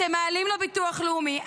אתם מעלים לו ביטוח לאומי,